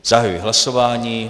Zahajuji hlasování.